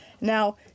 Now